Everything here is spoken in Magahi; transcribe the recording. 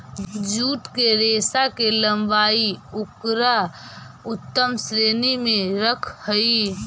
जूट के रेशा के लम्बाई उकरा उत्तम श्रेणी में रखऽ हई